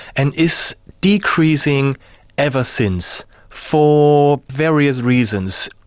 and is decreasing ever since for various reasons.